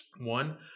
One